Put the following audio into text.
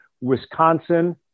Wisconsin